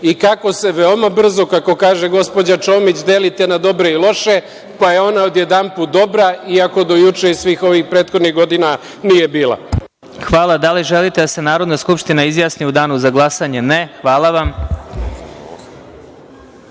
i kako se veoma brzo, kako kaže gospođa Čomić, delite na dobre i loše, pa je ona odjedanput dobra, iako do juče i svih ovih prethodnih godina nije bila. **Vladimir Marinković** Hvala. Da li želite da se Narodna skupština izjasni u danu za glasanje? Ne. Hvala vam. Reč